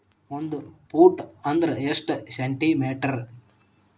ಒಂದು ಫೂಟ್ ಅಂದ್ರ ಎಷ್ಟು ಸೆಂಟಿ ಮೇಟರ್?